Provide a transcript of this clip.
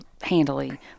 handily